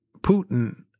Putin